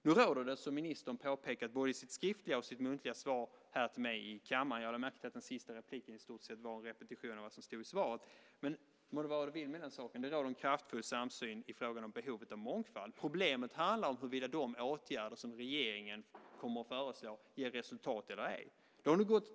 Nu råder det, som ministern påpekade i både sitt skriftliga och sitt muntliga svar till mig här i kammaren, en kraftfull samsyn i fråga om behovet av mångfald - jag lade märke till att det senaste inlägget i stort sett var en repetition av vad som stod i svaret. Problemet handlar om huruvida de åtgärder som regeringen kommer att föreslå ger resultat eller ej. Justitieministern!